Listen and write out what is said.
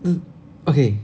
mm okay